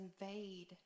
invade